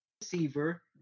receiver